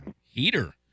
Heater